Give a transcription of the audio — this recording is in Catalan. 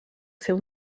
seu